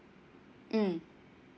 mm